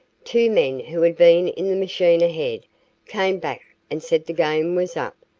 two men who had been in the machine ahead came back and said the game was up,